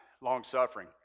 long-suffering